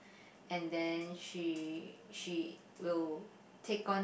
and then she she will take on